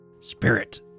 Spirit